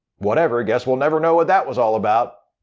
whatever, guess we'll never know what that was all about.